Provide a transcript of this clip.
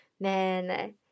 Man